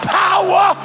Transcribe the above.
power